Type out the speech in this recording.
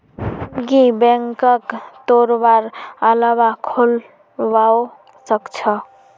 piggy बैंकक तोडवार अलावा खोलवाओ सख छ